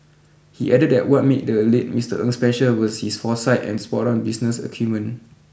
he added that what made the late Mister Ng special was his foresight and spot on business acumen